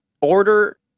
Order